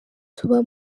tuba